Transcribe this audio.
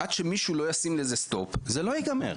עד שמישהו לא ישים לזה stop זה לא ייגמר,